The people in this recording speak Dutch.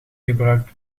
gebruikt